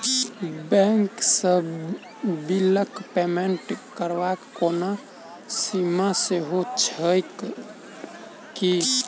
Bank सँ बिलक payment करबाक कोनो सीमा सेहो छैक की?